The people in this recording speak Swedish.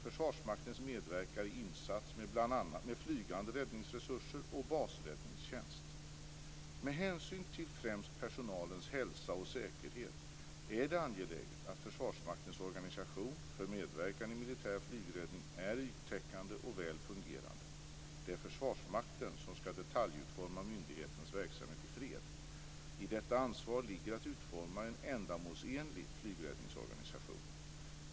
Försvarsmakten medverkar i insats med flygande räddningsresurser och basräddningstjänst. Med hänsyn till främst personalens hälsa och säkerhet är det angeläget att Försvarsmaktens organisation för medverkan i militär flygräddning är yttäckande och väl fungerande. Det är Försvarsmakten som skall detaljutforma myndighetens verksamhet i fred. I detta ansvar ligger att utforma en ändamålsenlig flygräddningsorganisation.